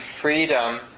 freedom